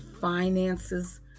finances